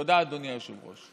תודה, אדוני היושב-ראש.